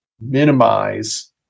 minimize